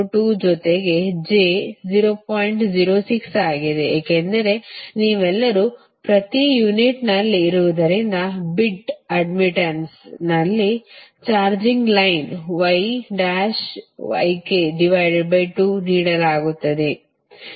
06 ಆಗಿದೆ ಏಕೆಂದರೆ ನೀವೆಲ್ಲರೂ ಪ್ರತಿ ಯೂನಿಟ್ನಲ್ಲಿ ಇರುವುದರಿಂದ ಬಿಟ್ ಅಡ್ಡ್ಮಿಟ್ಟನ್ಸ್ ನಲ್ಲಿ ಚಾರ್ಜಿಂಗ್ ಲೈನ್ನೀಡಲಾಗುತ್ತದೆ